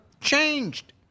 changed